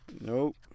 Nope